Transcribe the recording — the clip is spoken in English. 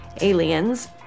aliens